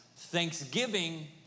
thanksgiving